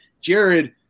Jared